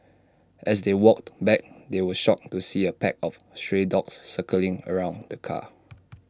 as they walked back they were shocked to see A pack of stray dogs circling around the car